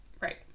Right